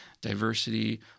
diversity